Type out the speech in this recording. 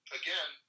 again